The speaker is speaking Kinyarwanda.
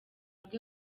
bwe